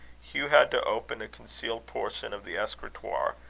hugh had to open a concealed portion of the escritoire,